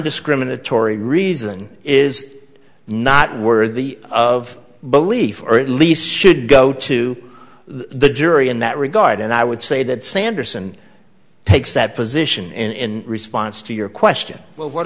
nondiscriminatory reason is not worthy of belief or at least should go to the jury in that regard and i would say that sanderson takes that position in response to your question well what